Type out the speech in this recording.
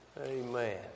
Amen